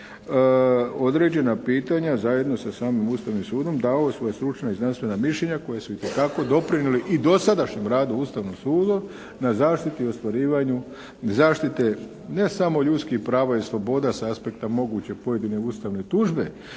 određena pitanja zajedno sa samim Ustavnim sudom. Davao svoja stručna i znanstvena mišljenja koja su itekako doprinijeli i dosadašnjem radu Ustavnog suda na zaštiti i ostvarivanju zaštite ne samo ljudskih prava i sloboda sa aspekte moguće pojedine ustavne tužbe